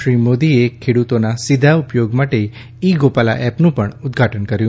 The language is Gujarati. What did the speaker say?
શ્રી મોદી ખેડૂતોના સીધા ઉપયોગ માટે ઇ ગોપાલા એપનું પણ ઉદઘાટન કર્યું